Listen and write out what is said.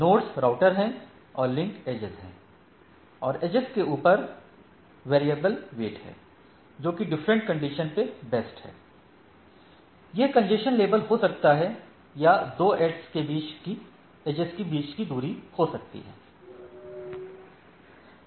nodes router हैं और link edge हैं और एड्ज के ऊपर वेरिएबल वेट है जोकि डिफरेंट कंसीडरेशन पे बेस्ड है यह कंजेशन लेबल हो सकता है या दो एड्ज के बीच दूरी हो सकती हो